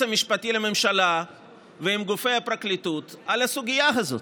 המשפטי לממשלה ועם גופי הפרקליטות על הסוגיה הזו.